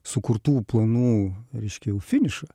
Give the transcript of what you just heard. sukurtų planų reiškia jau finišą